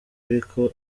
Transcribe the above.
ariko